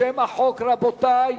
לשם החוק, רבותי,